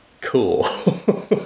cool